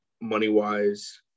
money-wise